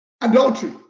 adultery